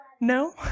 No